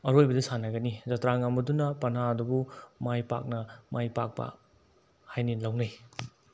ꯑꯔꯣꯏꯕꯗ ꯁꯥꯟꯅꯒꯅꯤ ꯖꯇ꯭ꯔꯥ ꯉꯝꯕꯗꯨꯅ ꯄꯅꯥ ꯑꯗꯨꯕꯨ ꯃꯥꯏ ꯄꯥꯛꯅ ꯃꯥꯏ ꯄꯥꯛꯄ ꯍꯥꯏꯅ ꯂꯧꯅꯩ